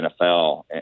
NFL